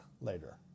later